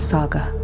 Saga